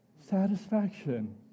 satisfaction